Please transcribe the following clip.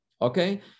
okay